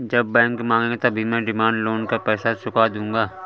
जब बैंक मांगेगा तभी मैं डिमांड लोन का पैसा चुका दूंगा